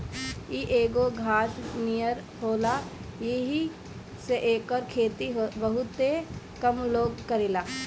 इ एगो घास नियर होला येही से एकर खेती बहुते कम लोग करेला